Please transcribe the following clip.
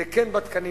זה כן בתקנים,